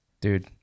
Dude